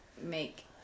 make